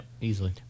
easily